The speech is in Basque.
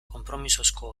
konpromisozko